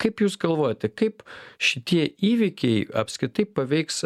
kaip jūs galvojate kaip šitie įvykiai apskritai paveiks